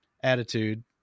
attitude